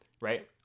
right